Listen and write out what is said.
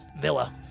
villa